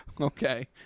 Okay